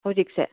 ꯍꯨꯖꯤꯛꯁꯦ